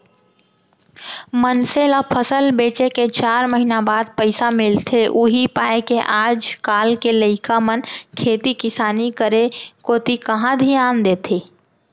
मनसे ल फसल बेचे के चार महिना बाद पइसा मिलथे उही पायके आज काल के लइका मन खेती किसानी करे कोती कहॉं धियान देथे